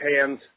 hands